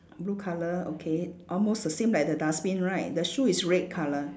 blue colour okay almost the same like the dustbin right the shoe is red colour